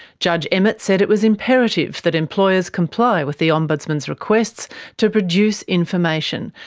judge emmet said it was imperative that employers comply with the ombudsman's requests to produce information,